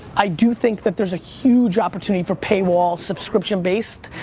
i do think that there's a huge opportunity for paywall subscription based.